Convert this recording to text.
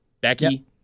Becky